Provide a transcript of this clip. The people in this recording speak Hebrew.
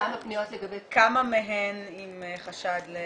כמה מהן עם חשד?